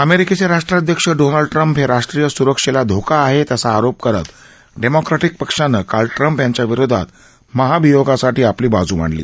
अमेरिकेचे राष्ट्राध्यक्ष Donald Trump हे राष्ट्रीय स्रक्षेला धोका आहेत असा आरोप करत डेमोक्रॅपिक पक्षानं काल ट्रम्प यांच्या विरोधात महाभियोगासाठी आपली बाजू मांडली